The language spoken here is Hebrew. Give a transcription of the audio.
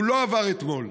הוא לא עבר אתמול.